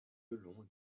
violon